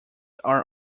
are